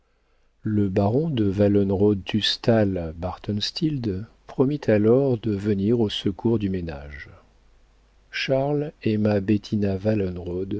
le baron de wallenrod tustall bartenstild promit alors de venir au secours du ménage charles aima bettina